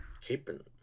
keeping